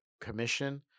commission